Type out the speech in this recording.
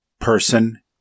person